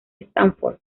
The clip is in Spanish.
stanford